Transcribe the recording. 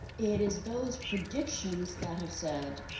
it is those predictions that have said,